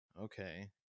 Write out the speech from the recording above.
Okay